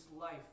life